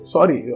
Sorry